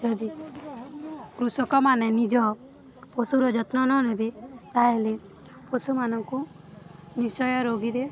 ଯଦି କୃଷକମାନେ ନିଜ ପଶୁର ଯତ୍ନ ନ ନେବେ ତାହେଲେ ପଶୁମାନଙ୍କୁ ନିଶ୍ଚୟ ରୋଗୀରେ